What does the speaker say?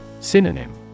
Synonym